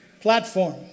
platform